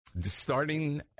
Starting